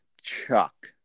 chuck